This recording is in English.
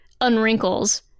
unwrinkles